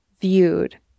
viewed